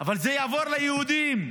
אבל זה יעבור ליהודים.